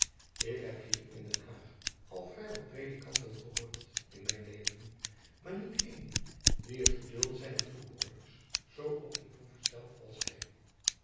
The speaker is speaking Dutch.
ik heb hier in den haag al vrij wat predikanten gehoord in mijn leven maar niet eenen die het geduld zijner toehoorders zoo op de proef stelt als hy